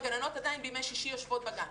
הגננות עדיין בימי שישי יושבות בגן.